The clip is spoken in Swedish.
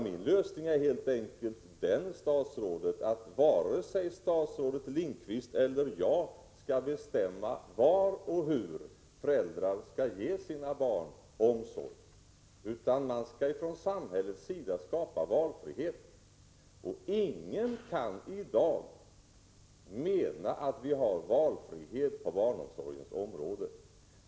Min lösning är helt enkelt den att varken statsrådet Lindqvist eller jag skall bestämma var och hur föräldrarna skall ge sina barn omsorg, utan samhället skall skapa valfrihet. Ingen kan i dag mena att vi har valfrihet på barnomsorgens område.